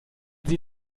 sie